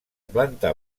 planta